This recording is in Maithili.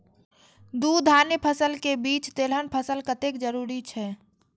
दू धान्य फसल के बीच तेलहन फसल कतेक जरूरी छे?